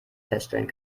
feststellen